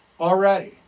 already